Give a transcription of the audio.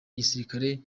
igisirikare